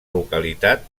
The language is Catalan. localitat